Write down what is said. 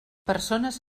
persones